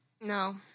No